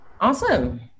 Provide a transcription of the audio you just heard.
Awesome